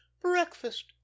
Breakfast